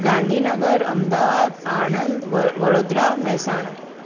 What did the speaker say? ગાંધીનગર અમદાવાદ આણંદ વ વડોદરા મહેસાણા